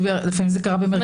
לפעמים זה קרה במרכז הגנה.